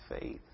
faith